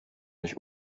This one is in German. durch